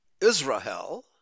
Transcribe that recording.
Israel